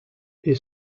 est